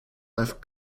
i’ve